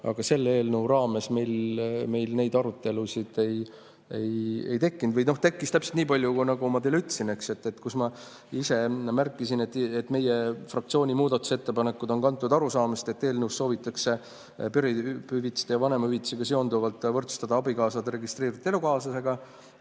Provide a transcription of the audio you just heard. aga selle eelnõu raames meil neid arutelusid ei tekkinud. Või tekkis täpselt niipalju, nagu ma teile ütlesin, eks. Ma ise märkisin, et meie fraktsiooni muudatusettepanekud on kantud arusaamast, et eelnõus soovitakse perehüvitiste ja vanemahüvitisega seonduvalt võrdsustada abikaasa registreeritud elukaaslasega.